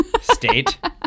state